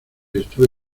estuve